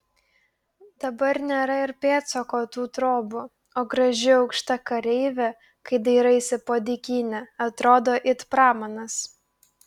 dabar nėra ir pėdsako tų trobų o graži aukšta kareivė kai dairaisi po dykynę atrodo it pramanas